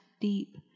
deep